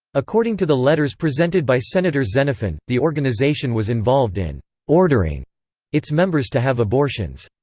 according to the letters presented by senator xenophon, the organization was involved in ordering its members to have abortions.